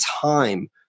time